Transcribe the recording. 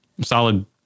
solid